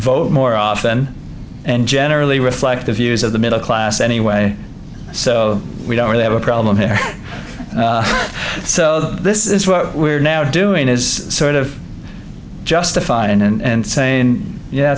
vote more often and generally reflect the views of the middle class anyway so we don't really have a problem there this is what we're now doing is sort of justified in and saying yeah